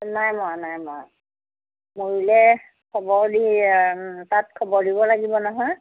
নাই মৰা নাই মৰা মৰিলে খবৰ দি তাত খবৰ দিব লাগিব নহয়